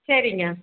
சரிங்க